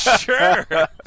Sure